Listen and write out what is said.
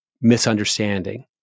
misunderstanding